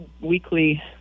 weekly